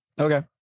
Okay